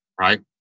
right